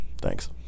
Thanks